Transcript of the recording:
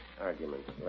arguments